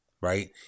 Right